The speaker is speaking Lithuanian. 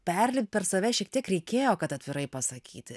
perlipt per save šiek tiek reikėjo kad atvirai pasakyti